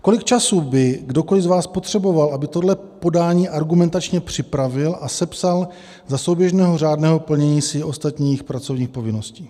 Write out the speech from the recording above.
Kolik času by kdokoliv z vás potřeboval, aby tohle podání argumentačně připravil a sepsal za souběžného řádného plnění si ostatních pracovních povinností?